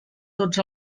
tots